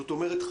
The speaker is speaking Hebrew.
זאת אומרת,